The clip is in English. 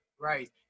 right